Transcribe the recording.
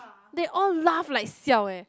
they all laugh like siao leh